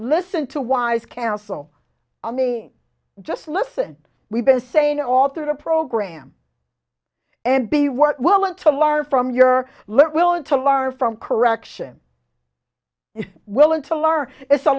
listen to wise counsel i mean just listen we've been saying all through the program and be were willing to learn from your letter willing to learn from correction is willing to learn